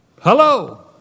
Hello